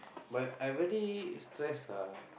but I very stress ah